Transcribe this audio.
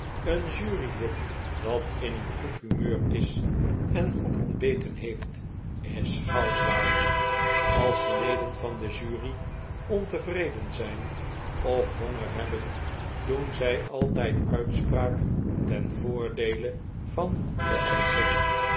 een jurylid dat in een goed humeur is en goed ontbeten heeft is goud waard als de leden van de jury ontevreden zijn of honger hebben doen zij altijd uitspraak ten voordeele van den eischer